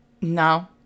No